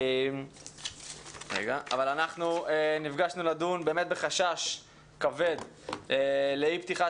אנחנו נפגשנו לדון בחשש כבד לאי פתיחת